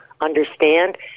understand